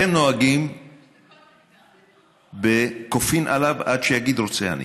אתם נוהגים ב"כופין עליו עד שיגיד: רוצה אני".